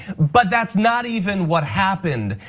but that's not even what happened.